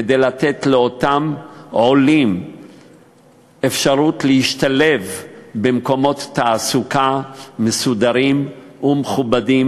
כדי לתת לאותם עולים אפשרות להשתלב במקומות תעסוקה מסודרים ומכובדים,